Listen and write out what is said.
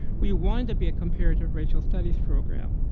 we wanted to be a comparative racial studies program,